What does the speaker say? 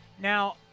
Now